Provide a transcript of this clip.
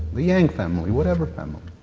the yang family, whatever family.